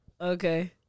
Okay